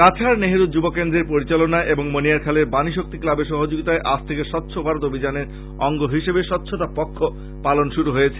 কাছাড় নেহরু যুব কেন্দ্রের পরিচালনায় এবং মনিয়ারখালের বাণীশক্তি ক্লাবের সহযোগীতায় আজ থেকে স্বচ্ছ ভারত অভিযানের অঙ্গ হিসেবে স্বচ্ছতা পক্ষ পালন শুরু হয়েছে